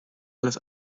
alles